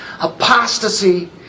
Apostasy